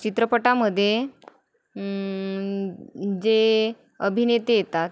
चित्रपटामध्ये जे अभिनेते येतात